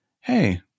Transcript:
hey